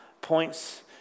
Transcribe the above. points